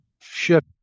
ship